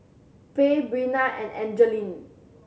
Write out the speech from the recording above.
Fay Breana and Angeline